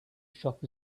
shop